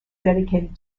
dedicated